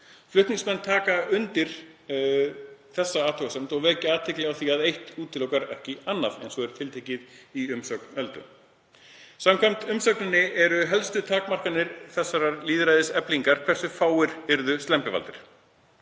Flutningsmenn taka undir þessa athugasemd en vekja athygli á að eitt útilokar ekki annað, eins og tiltekið er í umsögn Öldu. Samkvæmt umsögninni eru helstu takmarkanir þessarar lýðræðiseflingar hversu fáir yrðu slembivaldir.